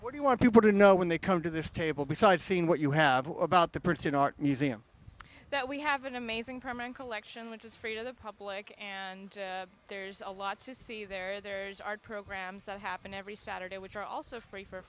what do you want people to know when they come to this table besides seeing what you have about the princeton art museum that we have an amazing perming collection which is free to the public and there's a lot to see there there's art programs that happen every saturday which are also free for